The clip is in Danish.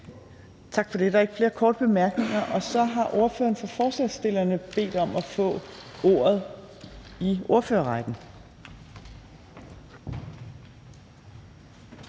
Tak for det. Der er ikke flere korte bemærkninger. Så har ordføreren for forslagsstillerne bedt om at få ordet i ordførerrækken.